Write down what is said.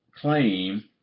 claim